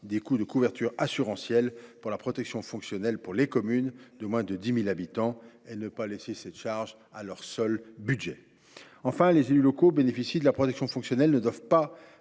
des coûts de couverture assurantielle pour la protection fonctionnelle pour les communes de moins de 10 000 habitants et de ne pas laisser cette charge à leur seul budget. Enfin, les élus locaux bénéficiant de la protection fonctionnelle ne doivent pas